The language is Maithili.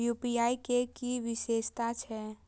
यू.पी.आई के कि विषेशता छै?